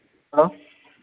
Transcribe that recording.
hello